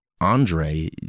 Andre